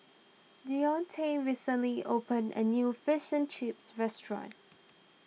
Deonte recently opened a new Fish and Chips restaurant